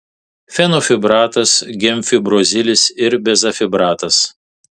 fenofibratas gemfibrozilis ir bezafibratas